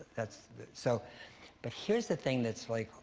that's so but here's the thing that's, like,